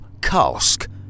cask